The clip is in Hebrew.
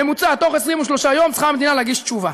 בממוצע, בתוך 23 יום צריכה המדינה להגיש תשובה,